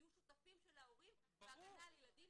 תהיו שותפים של ההורים בהגנה על הילדים.